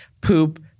poop